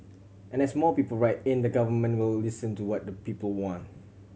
and as more people write in the Government will listen to what the people want